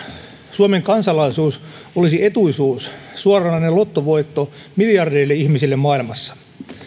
suomen kansalaisuus olisi etuisuus suoranainen lottovoitto miljardeille ihmisille maailmassa